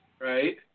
Right